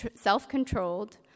self-controlled